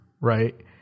Right